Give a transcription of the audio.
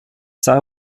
sei